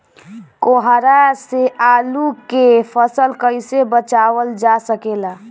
कोहरा से आलू के फसल कईसे बचावल जा सकेला?